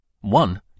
One